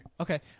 Okay